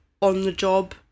on-the-job